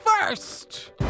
First